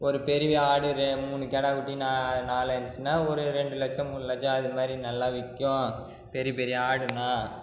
ஒரு பெரிய ஆடு ரெ மூணு கெடாக்குட்டி நான் நாலு அஞ்சுனா ஒரு ரெண்டு லட்சம் மூணு லட்சம் அது மாதிரி நல்லா விற்கும் பெரிய பெரிய ஆடுனா